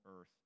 earth